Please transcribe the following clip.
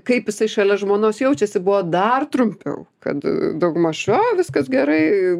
kaip jisai šalia žmonos jaučiasi buvo dar trumpiau kad daugmaž jo viskas gerai